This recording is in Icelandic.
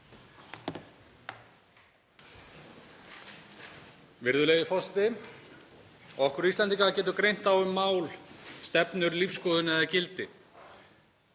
Virðulegi forseti. Okkur Íslendinga getur greint á um mál, stefnur, lífsskoðun eða gildi.